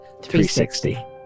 360